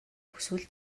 хүсвэл